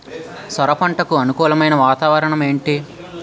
సొర పంటకు అనుకూలమైన వాతావరణం ఏంటి?